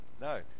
No